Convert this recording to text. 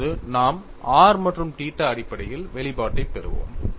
இப்போது நாம் r மற்றும் θ அடிப்படையில் வெளிப்பாட்டைப் பெறுவோம்